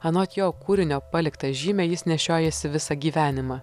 anot jo kūrinio paliktą žymę jis nešiojasi visą gyvenimą